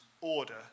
order